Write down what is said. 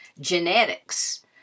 genetics